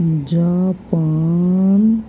Japan